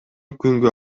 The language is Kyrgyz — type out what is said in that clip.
күнгө